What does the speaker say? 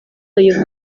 uyu